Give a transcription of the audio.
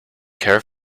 care